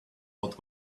out